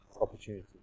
opportunity